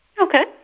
Okay